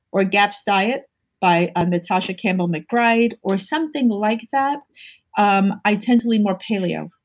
or gaps diet by um natasha campbell mcbride, or something like that um i tend to lean more paleo.